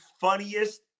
funniest